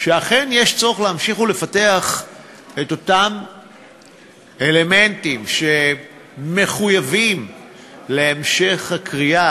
שאכן יש צורך להמשיך ולפתח את אותם אלמנטים שמחויבים להמשך הכרייה,